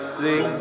see